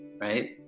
right